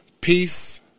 Peace